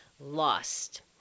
lost